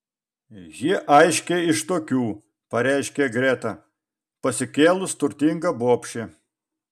ji aiškiai iš tokių pareiškė greta pasikėlus turtinga bobšė